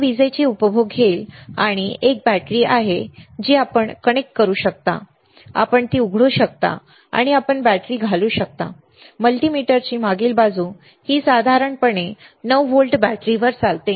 ती विजेची उपभोग घेईल येथे एक बॅटरी आहे जी आपण कनेक्ट करू शकता आपण ती उघडू शकता आणि आपण बॅटरी घालू शकता आणि मल्टीमीटरची मागील बाजू ही साधारणपणे 9 व्होल्ट बॅटरीवर चालते